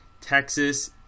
Texas